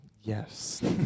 Yes